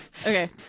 Okay